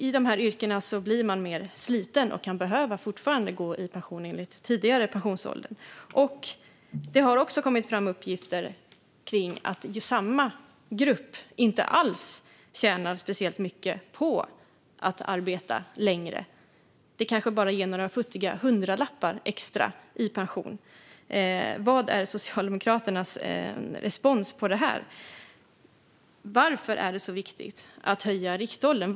I dessa yrken blir man mer sliten och kan behöva gå i pension i en lite lägre ålder. Det har också kommit fram uppgifter om att samma grupp inte alls tjänar speciellt mycket på att arbeta längre. Det kanske bara ger några futtiga hundralappar extra i pension. Vad är Socialdemokraternas respons på detta? Varför är det så viktigt att höja riktåldern?